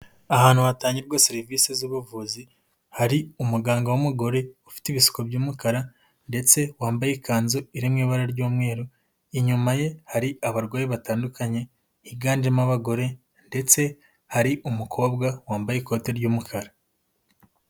Ahantu hatangirwa serivise z'ubuvuzi hari umuganga w'umugore ufite ibisuko by'umukara ndetse wambaye ikanzu iri mu ibara ry'umweru, inyuma ye hari abarwayi batandukanye higanjemo abagore ndetse hari umukobwa wambaye ikote ry'umukara.